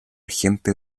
gente